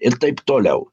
ir taip toliau